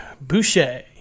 Boucher